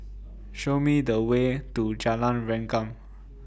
Show Me The Way to Jalan Rengkam